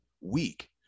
weak